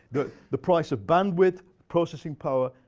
the the price of bandwidth, processing power,